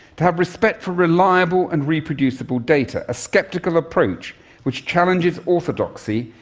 to have respect for reliable and reproducible data, a sceptical approach which challenges orthodoxy,